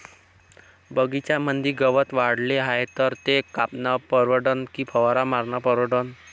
बगीच्यामंदी गवत वाढले हाये तर ते कापनं परवडन की फवारा मारनं परवडन?